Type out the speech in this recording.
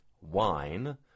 wine